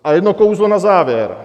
A jedno kouzlo na závěr.